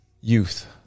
youth